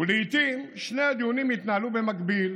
ולעיתים שני הדיונים התנהלו במקביל.